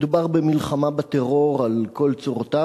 מדובר במלחמה בטרור על כל צורותיו.